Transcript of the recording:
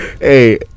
Hey